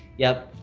yup,